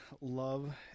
love